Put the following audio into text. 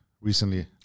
recently